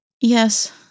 Yes